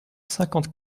cinquante